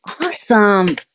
Awesome